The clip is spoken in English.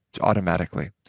automatically